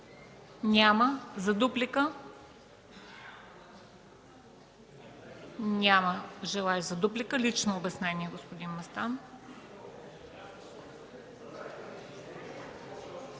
Няма. Дуплика? Няма желаещ за дуплика. Лично обяснение – господин Местан.